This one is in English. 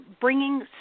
bringing